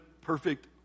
perfect